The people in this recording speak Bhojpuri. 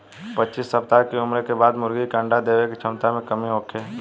पच्चीस सप्ताह के उम्र के बाद मुर्गी के अंडा देवे के क्षमता में कमी होखे लागेला